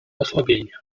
osłabienie